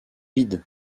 vide